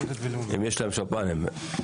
יש להם שב"ן?